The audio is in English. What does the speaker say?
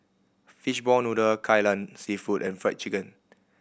fishball noodle Kai Lan Seafood and Fried Chicken